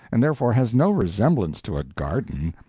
and therefore has no resemblance to a garden.